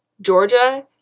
Georgia